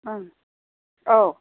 ओं औ